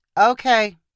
Okay